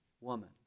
woman